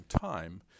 time